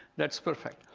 that's perfect.